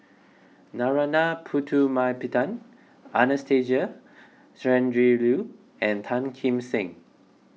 Narana Putumaippittan Anastasia Tjendri Liew and Tan Kim Seng